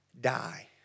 die